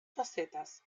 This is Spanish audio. facetas